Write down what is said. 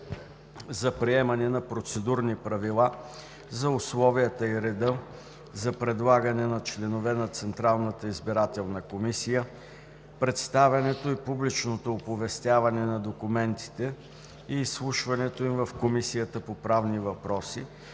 за приемане на Процедурни правила за условията и реда за предлагане на членове на Централната избирателна комисия, представянето и публичното оповестяване на документите и изслушването им в Комисията по правни въпроси,